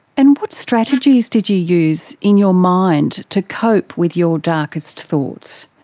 and what strategies did you use in your mind to cope with your darkest thoughts?